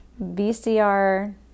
VCR